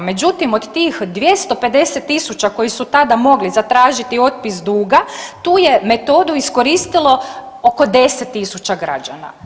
Međutim, od tih 250.000 koji su tada mogli zatražiti otpis duga tu je metodu iskoristilo oko 10.000 građana.